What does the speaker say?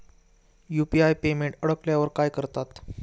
UPI payment अडकल्यावर काय करतात?